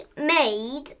made